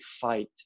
fight